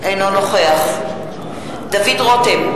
אינו נוכח דוד רותם,